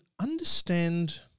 understand